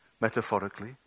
Metaphorically